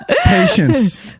Patience